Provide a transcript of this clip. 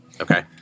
Okay